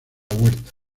huerta